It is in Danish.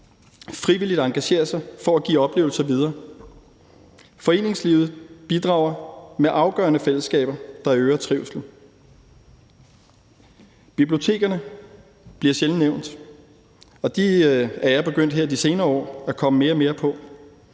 frivilligt engagerer sig for at give oplevelser videre. Foreningslivet bidrager med afgørende fællesskaber, der øger trivslen. Bibliotekerne bliver sjældent nævnt, og dem er jeg her de senere år begyndt at komme mere og mere på.